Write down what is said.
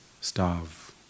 starve